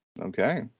Okay